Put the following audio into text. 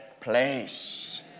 place